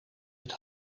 het